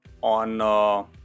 on